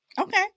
okay